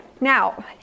Now